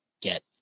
get